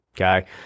Okay